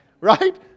Right